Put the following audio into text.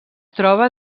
troba